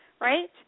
right